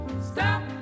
Stop